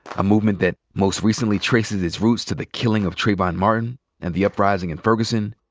a movement that most recently traces its roots to the killing of trayvon martin and the uprising in ferguson,